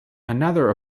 another